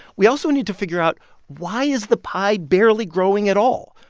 we also need to figure out why is the pie barely growing at all?